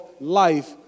life